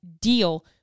deal